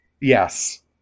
yes